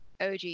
OG